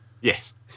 Yes